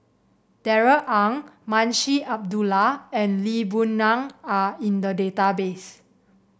Darrell Ang Munshi Abdullah and Lee Boon Ngan are in the database